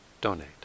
donate